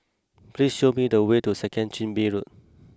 please show me the way to Second Chin Bee Road